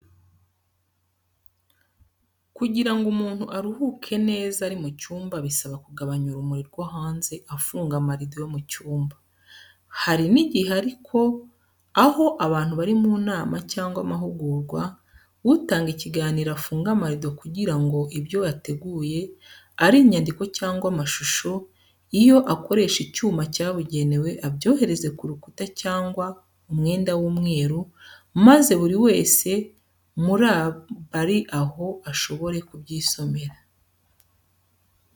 Kugira ngo umuntu aruhuke neza ari mu cyumba bisaba kugabanya urumuri rwo hanze afunga amarido yo mu cyumba. Hari n'igihe ariko aho abantu bari mu nama cyangwa amahugurwa, utanga ikiganiro afunga amarido kugira ngo ibyo yateguye, ari inyandiko cyangwa amashusho, iyo akoresha icyuma cyabugenewe, abyohereze ku rukuta cyangwa umwenda w'umweru maze buri wese muri abari aho ashobore kubyisomera.